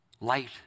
light